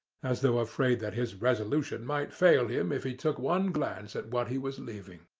as though afraid that his resolution might fail him if he took one glance at what he was leaving.